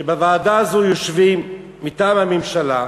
שבוועדה הזאת יושבות מטעם הממשלה,